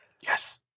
Yes